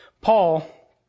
Paul